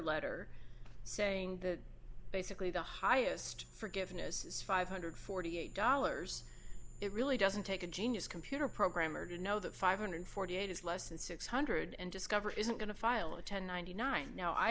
letter saying that basically the highest forgiveness is five hundred and forty eight dollars it really doesn't take a genius computer programmer to know that five hundred and forty eight is less than six hundred and discover isn't going to file a one thousand and ninety nine now i